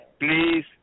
Please